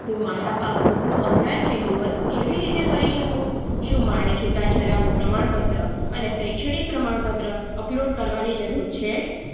હું મારા પાસપોર્ટનું ઓનલાઇન રીન્યુઅલ કેવી રીતે કરી શકું શું મારે છૂટાછેડાનું પ્રમાણપત્ર અને શૈક્ષણિક પ્રમાણપત્ર અપલોડ કરવાની જરૂર છે